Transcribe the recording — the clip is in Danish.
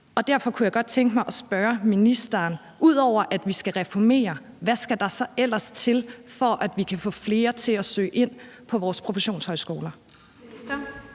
Derfor kunne jeg godt tænke mig at spørge ministeren: Ud over at vi skal reformere, hvad skal der så ellers til, for at vi kan få flere til at søge ind på vores professionshøjskoler?